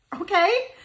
Okay